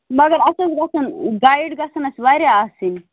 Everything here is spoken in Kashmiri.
مگر اَسہِ حظ گژھن گایِڈ گژھن اَسہِ واریاہ آسٕنۍ